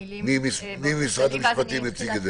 מי ממשרד המשפטים יציג?